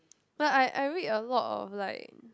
but I I read a lot of like